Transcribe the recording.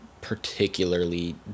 particularly